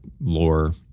lore